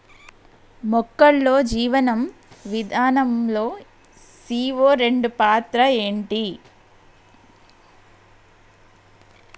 మొక్కల్లో జీవనం విధానం లో సీ.ఓ రెండు పాత్ర ఏంటి?